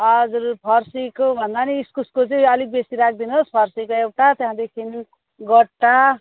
हजुर फर्सीको भन्दा पनि इस्कुसको चाहिँ अलिक बेसी राखिदिनुहोस् फर्सीको एउटा त्यहाँदेखि गट्टा